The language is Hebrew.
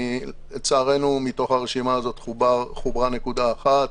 לצערנו מתוך הרשימה הזאת חוברה נקודה אחת